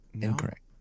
Incorrect